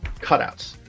cutouts